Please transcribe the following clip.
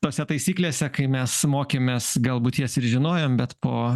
tose taisyklėse kai mes mokėmės galbūt jas ir žinojom bet po